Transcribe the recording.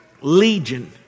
legion